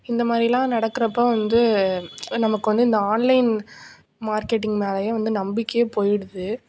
இந்த மாதிரிலாம் நடக்கிறப்போ வந்து நமக்கு வந்து இந்த ஆன்லைன் மார்க்கெட்டிங் மேலேயே வந்து நம்பிக்கையே போயிடுது